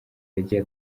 yagiye